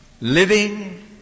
living